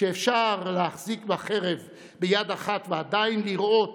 שאפשר להחזיק בחרב ביד אחת ועדיין לראות